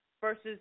versus